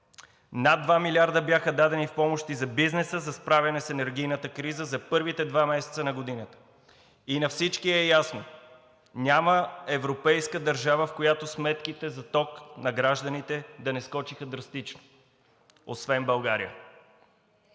Над 2 милиарда бяха дадени в помощи за бизнеса за справяне с енергийната криза за първите два месеца на годината. И на всички е ясно – няма европейска държава, в която сметките за ток на граждани да не скочиха драстично, освен България.